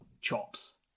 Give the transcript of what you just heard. chops